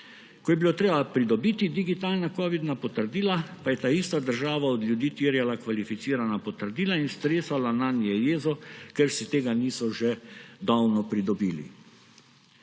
Ko je bilo treba pridobiti digitalna covidna potrdila, pa je ta ista država od ljudi terjala kvalificirala potrdila in stresala nanje jezo, ker si tega niso že davno pridobili.